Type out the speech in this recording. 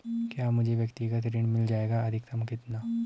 क्या मुझे व्यक्तिगत ऋण मिल जायेगा अधिकतम कितना?